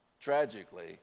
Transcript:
tragically